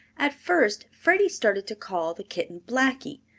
at first freddie started to call the kitten blackie,